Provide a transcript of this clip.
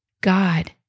God